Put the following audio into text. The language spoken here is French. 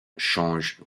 change